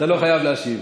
אתה לא חייב להשיב.